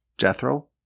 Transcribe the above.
Jethro